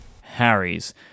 Harry's